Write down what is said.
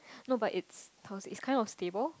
no but it's how to say it's kind of stable